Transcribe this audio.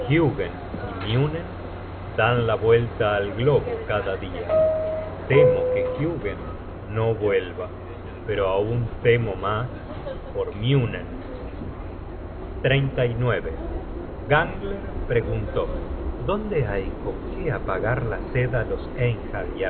y muñen dan la vuelta al globo cada dia temo que hugen no vuelva pero aun temo mas por muñen gangler preguntó dónde hay con que apagar la sed á los